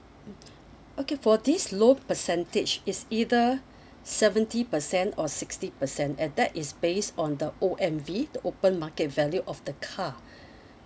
mmhmm okay for this loan percentage it's either seventy per cent or sixty per cent and that is based on the O_M_V the open market value of the car